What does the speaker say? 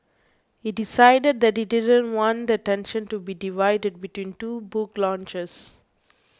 he decided that he didn't want the attention to be divided between two book launches